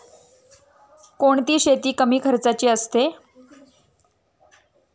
कोणती शेती कमी खर्चाची असते?